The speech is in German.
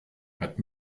hat